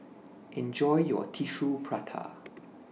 Enjoy your Tissue Prata